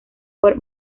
fue